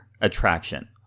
attraction